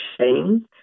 shame